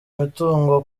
imitungo